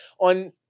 on